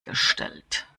gestellt